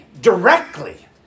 directly